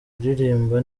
kuririmba